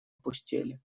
опустели